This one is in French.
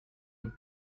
aux